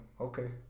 okay